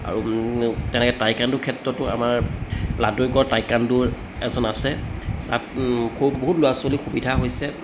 আৰু তেনেকৈ টাইকাণ্ডোৰ ক্ষেত্ৰতো আমাৰ লাদৈগড় টাইকাণ্ডোৰ এজন আছে তাত সৰু বহুত ল'ৰা ছোৱালীৰ সুবিধা হৈছে